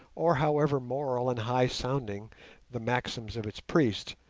or however moral and high-sounding the maxims of its priests,